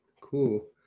cool